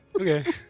Okay